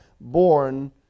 born